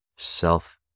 Self